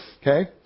Okay